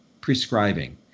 prescribing